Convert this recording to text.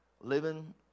living